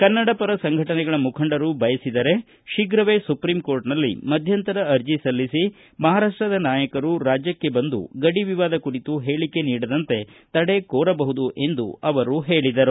ಕನ್ನಡ ಪರ ಸಂಘಟನೆಗಳ ಮುಖಂಡರು ಬಯಸಿದರೆ ಶೀಘವೇ ಸುಪ್ರೀಂ ಕೋರ್ಟನಲ್ಲಿ ಮಧ್ಯಂತರ ಅರ್ಜಿ ಸಲ್ಲಿಸಿ ಮಹಾರಾಷ್ಷದ ನಾಯಕರು ರಾಜ್ಯಕ್ಕೆ ಬಂದು ಗಡಿ ವಿವಾದ ಕುರಿತು ಹೇಳಿಕೆ ನೀಡದಂತೆ ತಡೆ ಕೋರಬಹುದು ಎಂದು ಹೇಳಿದರು